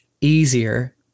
easier